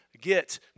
get